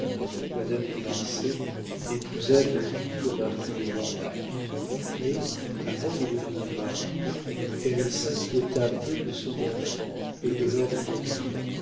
madame de marsay épousa depuis le marquis de vordac mais avant de devenir marquise elle s'inquiéta peu de son enfant et de lord